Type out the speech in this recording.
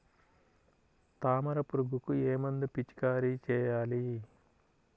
తామర పురుగుకు ఏ మందు పిచికారీ చేయాలి?